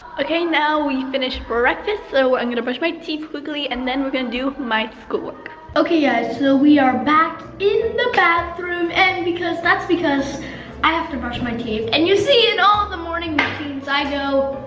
okay, now we've finished breakfast, so i'm gonna brush my teeth quickly and then we're gonna do my school work. okay, guys, so we are back in the bathroom and because that's because i have to brush my teeth and you see in all of the morning routines i go,